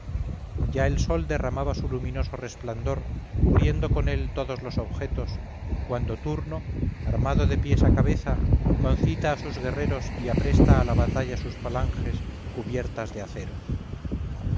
ya el sol derramaba su luminoso resplandor cubriendo con él todos los objetos cuando turno armado de pies a cabeza concita a sus guerreros y apresta a la batalla sus falanges cubiertas de acero